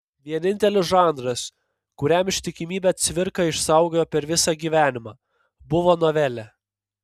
vienintelis žanras kuriam ištikimybę cvirka išsaugojo per visą gyvenimą buvo novelė